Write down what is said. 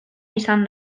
izan